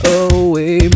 away